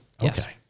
Okay